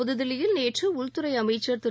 புதுதில்லியில் நேற்று உள்துறை அமைச்சர் திரு